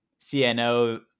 CNO